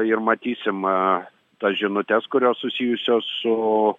ir matysim tas žinutes kurios susijusios su